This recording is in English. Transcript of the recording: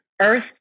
Earth